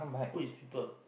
who is people